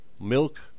milk